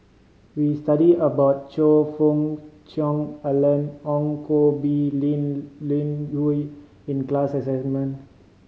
we studied about Choe Fook Cheong Alan Ong Koh Bee Linn In Hua in the class assignment